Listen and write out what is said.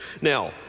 Now